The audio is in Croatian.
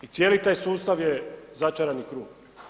I cijeli taj sustav je začarani krug.